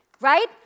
Right